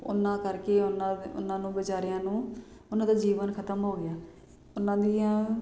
ਉਹਨਾਂ ਕਰਕੇ ਉਹਨਾਂ ਉਹਨਾਂ ਨੂੰ ਵਿਚਾਰਿਆਂ ਨੂੰ ਉਹਨਾਂ ਦਾ ਜੀਵਨ ਖਤਮ ਹੋ ਗਿਆ ਉਹਨਾਂ ਦੀਆਂ